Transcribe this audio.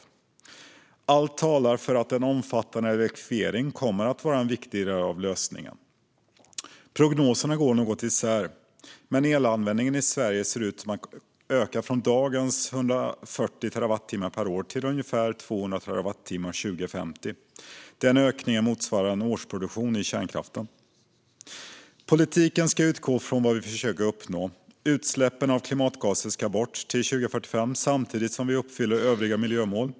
Allt talar för att en omfattande elektrifiering kommer att vara en viktig del av lösningen. Prognoserna går något isär, men elanvändningen i Sverige ser ut att öka från dagens 140 terawattimmar per år till ungefär 200 terawattimmar 2050. Den ökningen motsvarar en årsproduktion i kärnkraften. Politiken ska utgå från vad vi försöker uppnå. Utsläppen av klimatgaser ska bort till 2045 samtidigt som vi uppfyller övriga miljömål.